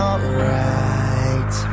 Alright